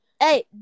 Hey